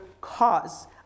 cause